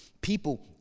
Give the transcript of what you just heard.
people